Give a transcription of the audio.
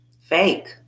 Fake